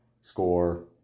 score